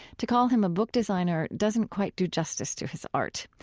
to call him a book designer doesn't quite do justice to his art.